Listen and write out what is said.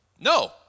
no